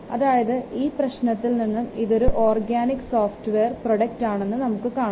അതായത് ഈ പ്രശ്നത്തിൽ നിന്നും ഇതൊരു ഓർഗാനിക് സോഫ്റ്റ്വെയർ പ്രോഡക്റ്റ് ആണെന്ന് നമുക്ക് കാണാം